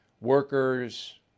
workers